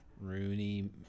Rooney